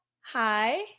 Hi